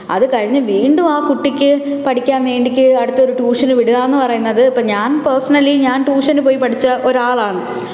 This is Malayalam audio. അത് കഴിഞ്ഞ് വീണ്ടും ആ കുട്ടിക്ക് പഠിക്കാൻ വേണ്ടിയിട്ട് അടുത്തൊരു ട്യൂഷനു വിടുകയെന്ന് പറയുന്നത് ഇപ്പോൾ ഞാൻ പേർസണലി ഞാൻ ട്യൂഷനു പോയി പഠിച്ച ഒരാളാണ്